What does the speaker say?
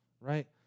right